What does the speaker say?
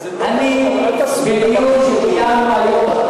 בדיון שקיימנו היום,